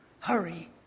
hurry